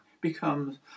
becomes